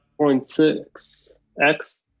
0.6x